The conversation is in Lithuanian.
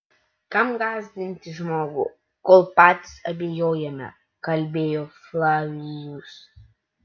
kam gąsdinti žmogų kol patys abejojame kalbėjo flavijus